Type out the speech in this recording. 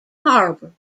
harbour